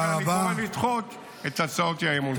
אני קורא לדחות את הצעות אי-האמון כמובן.